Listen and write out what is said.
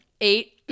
Eight